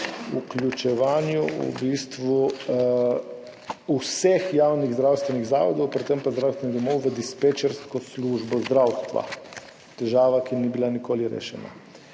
vključevanju v bistvu vseh javnih zdravstvenih zavodov, predvsem pa zdravstvenih domov v dispečersko službo zdravstva. Težava, ki ni bila nikoli rešena.